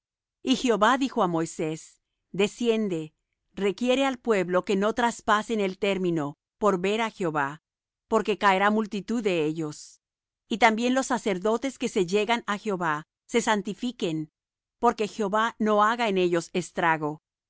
y jehová dijo á moisés desciende requiere al pueblo que no traspasen el término por ver á jehová porque caerá multitud de ellos y también los sacerdotes que se llegan á jehová se santifiquen porque jehová no haga en ellos estrago